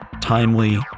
timely